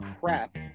crap